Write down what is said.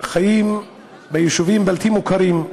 חיים ביישובים בלתי מוכרים.